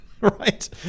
right